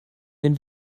wenn